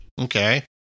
Okay